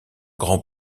grand